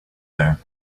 there